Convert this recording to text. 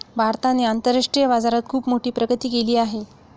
भारताने आंतरराष्ट्रीय बाजारात खुप मोठी प्रगती केली आहे